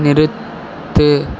நிறுத்து